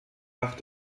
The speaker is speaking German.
nach